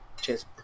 Cheers